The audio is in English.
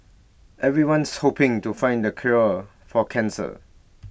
everyone's hoping to find the cure for cancer